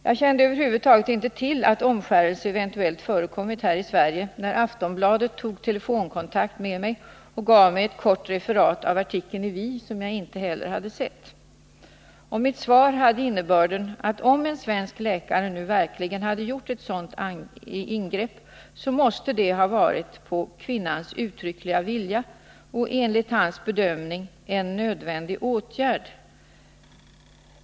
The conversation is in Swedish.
Jag kände över huvud taget inte till att omskärelse eventuellt förekommit här i Sverige, när Aftonbladet tog telefonkontakt med mig och gav mig ett kort referat av artikeln i Vi, som jag inte heller hade sett. Mitt uttalande till Aftonbladet hade innebörden att om en svensk läkare verkligen hade gjort ett sådant ingrepp, så måste det ha varit på kvinnans uttryckliga vilja och enligt hans bedömning en nödvändig åtgärd.